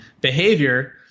behavior